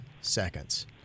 seconds